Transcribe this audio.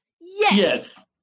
yes